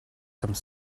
some